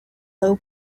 low